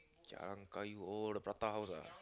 Jalan-Kayu all the prata house ah